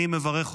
אני מברך אותך.